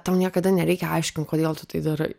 tau niekada nereikia aiškint kodėl tu tai darai